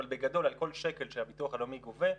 אבל בגדול על כל שקל שהביטוח הלאומי גובה,